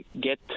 get